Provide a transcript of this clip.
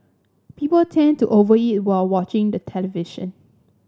people tend to over eat while watching the television